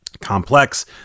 complex